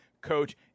coach